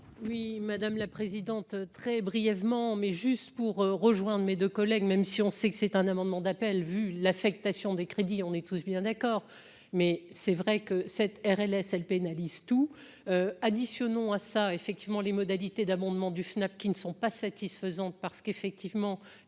Oui, madame la présidente, très brièvement, mais juste pour rejoindre mes deux collègues, même si on sait que c'est un amendement d'appel vu l'affectation des crédits, on est tous bien d'accord, mais c'est vrai que cette RLS, elle pénalise tout additionnant a ça, effectivement, les modalités d'abondement du FNAP qui ne sont pas satisfaisantes parce qu'effectivement